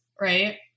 right